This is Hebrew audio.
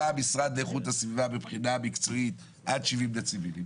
משרד איכות הסביבה מבחינה מקצועית עד 70 דציבלים.